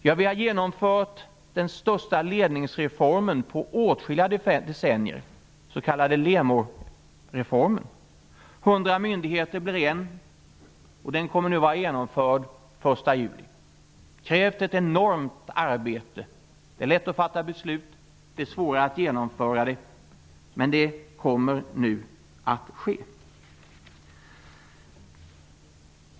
Ja, vi har genomfört den största ledningsreformen på åtskilliga decennier, den s.k. LEMO-reformen. 100 myndigheter blir en myndighet, och den kommer nu att vara genomförd den 1 juli. Det har krävt ett enormt arbete. Det är lätt att fatta beslut. Det är svårare att genomföra beslut, men det kommer nu att ske.